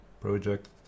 project